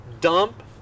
dump